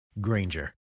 Granger